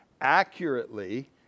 Accurately